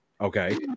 okay